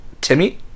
Timmy